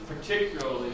particularly